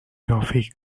toffee